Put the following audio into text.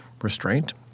restraint